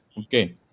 okay